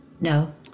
No